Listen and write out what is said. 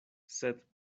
sed